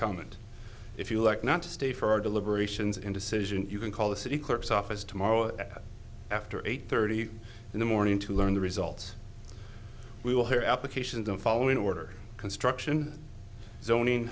comment if you like not to stay for our deliberations in decision you can call the city clerk's office tomorrow at after eight thirty in the morning to learn the results we will hear applications don't follow in order construction zon